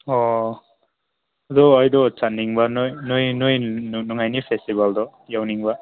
ꯑꯣ ꯑꯗꯨ ꯑꯩꯗꯣ ꯆꯠꯅꯤꯡꯕ ꯅꯣꯏ ꯂꯨꯏꯉꯥꯏꯅꯤ ꯐꯦꯁꯇꯤꯕꯦꯜꯗꯣ ꯌꯥꯎꯅꯤꯡꯕ